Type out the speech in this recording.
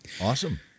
Awesome